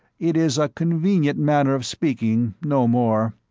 it is a convenient manner of speaking, no more,